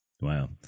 Wow